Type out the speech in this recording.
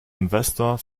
investor